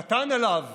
קטן עליו